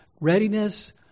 readiness